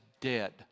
dead